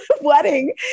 Wedding